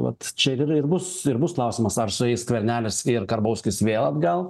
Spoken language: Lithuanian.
vat čia ir ir bus ir bus klausimas ar sueis skvernelis ir karbauskis vėl atgal